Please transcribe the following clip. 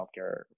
healthcare